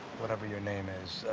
whatever your name is,